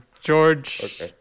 George